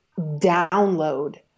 download